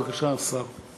בבקשה, השר.